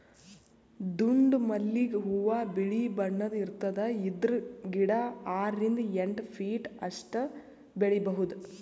ದುಂಡ್ ಮಲ್ಲಿಗ್ ಹೂವಾ ಬಿಳಿ ಬಣ್ಣದ್ ಇರ್ತದ್ ಇದ್ರ್ ಗಿಡ ಆರರಿಂದ್ ಎಂಟ್ ಫೀಟ್ ಅಷ್ಟ್ ಬೆಳಿಬಹುದ್